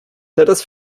teraz